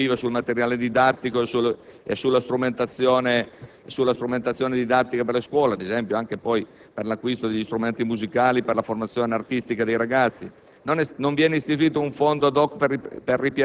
Non è poi stata attivata un'esenzione del pagamento IVA sul materiale didattico e sulla strumentazione didattica per le scuole, anche, per esempio, per l'acquisto di strumenti musicali e la formazione artistica dei ragazzi.